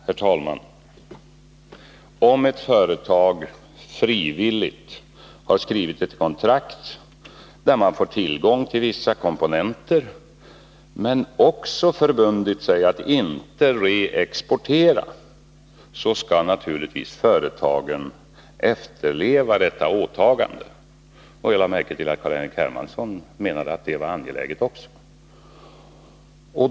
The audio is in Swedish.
Herr talman! Om ett företag frivilligt har skrivit ett kontrakt, där man får tillgång till vissa komponenter men också har förbundit sig att inte reexportera, så skall naturligtvis företaget efterleva detta åtagande. Jag lade märke till att Carl-Henrik Hermansson också menade att det var angeläget.